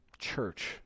church